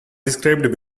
described